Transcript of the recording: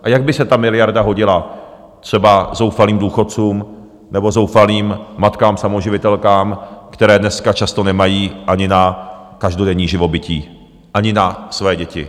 A jak by se ta miliarda hodila třeba zoufalým důchodcům nebo zoufalým matkám samoživitelkám, které dneska často nemají ani na každodenní živobytí, ani na své děti.